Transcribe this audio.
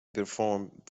performed